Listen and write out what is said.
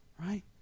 Right